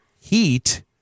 Heat